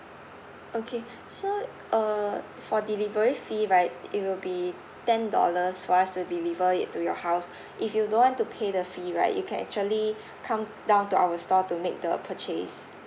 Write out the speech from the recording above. again so uh for delivery fee right it will be ten dollars for us to deliver it to your house if you don't want to pay the fee right you can actually come down to our store to make the purchase